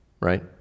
right